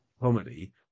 comedy